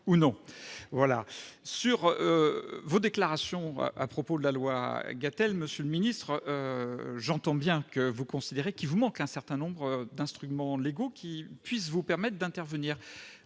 à vos déclarations relatives à la loi Gatel, monsieur le ministre, j'entends bien que vous considérez qu'il vous manque un certain nombre d'instruments légaux qui vous permettraient d'intervenir.